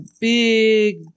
big